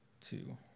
two